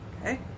okay